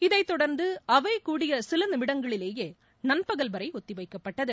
இதைத்தொடர்ந்து அவை கூடிய சில நிமிடங்களிலேயே நண்பகல் வரை ஒத்திவைக்கப்பட்டது